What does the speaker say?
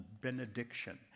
benediction